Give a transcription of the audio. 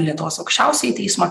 lietuvos aukščiausiąjį teismą